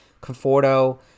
Conforto